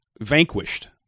vanquished